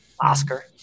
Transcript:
Oscar